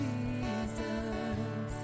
Jesus